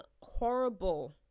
horrible